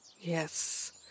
Yes